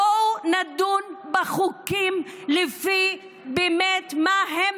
בואו נדון בחוקים באמת לפי מה שהם